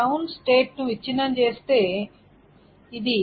town state ను విచ్ఛిన్నం చేస్తే ఇది